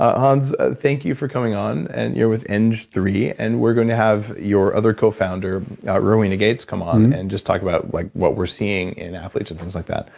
ah hans, ah thank you for coming on and you're with eng three and we're going to have your other co-founder rowena gates, come on and just talk about like what we're seeing in athletes and things like that.